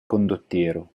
condottiero